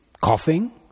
coughing